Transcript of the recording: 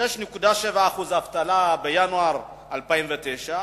6.7% אבטלה בינואר 2009,